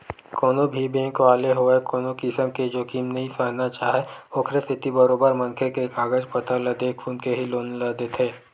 कोनो भी बेंक वाले होवय कोनो किसम के जोखिम नइ सहना चाहय ओखरे सेती बरोबर मनखे के कागज पतर ल देख सुनके ही लोन ल देथे